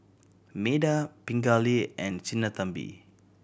Medha Pingali and Sinnathamby